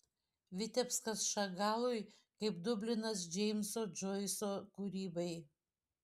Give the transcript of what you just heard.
vitebskas šagalui kaip dublinas džeimso džoiso kūrybai